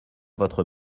votre